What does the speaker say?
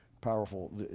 powerful